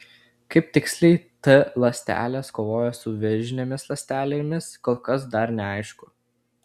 kaip tiksliai t ląstelės kovoja su vėžinėmis ląstelėmis kol kas dar neaišku